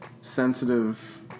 sensitive